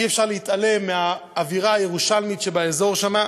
אי-אפשר להתעלם מהאווירה הירושלמית שבאזור שם.